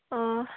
ꯑꯣ